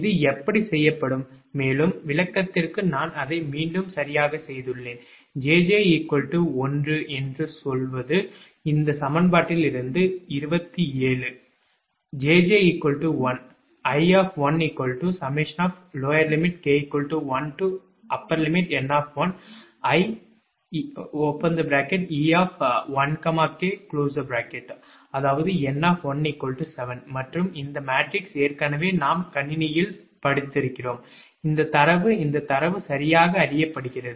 இது எப்படி செய்யப்படும் மேலும் விளக்கத்திற்கு நான் அதை மீண்டும் சரியாகச் செய்துள்ளேன் 𝑗𝑗 1 என்று சொல்வது இந்த சமன்பாட்டிலிருந்து 27 𝑗𝑗 1 அதாவது 𝑁 7 மற்றும் இந்த மேட்ரிக்ஸ் ஏற்கனவே நாம் கணினியில் படித்திருக்கிறோம் இந்தத் தரவு இந்த தரவு சரியாக அறியப்படுகிறது